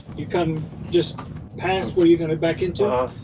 you come just past where you're gonna back into